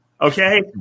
Okay